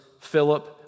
Philip